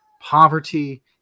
poverty